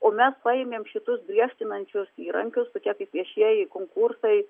o mes paėmėm šitus griežtinančius įrankius tokie kaip viešieji konkursai